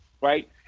right